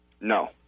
No